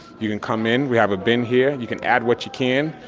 you can come in. we have a bin here. you can add what you can,